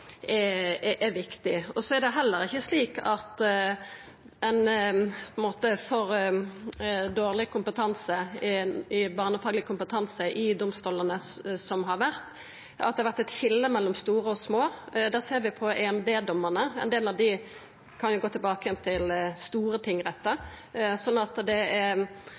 er heller ikkje slik at ein har dårleg barnefagleg kompetanse i domstolane som har vore, og at det har vore eit skilje mellom store og små. Det ser vi på EMD-dommane – ein del av dei kan gå tilbake til store tingrettar – så det er